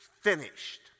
finished